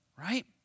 right